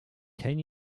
ten